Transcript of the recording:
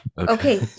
Okay